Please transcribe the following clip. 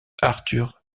arthur